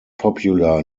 popular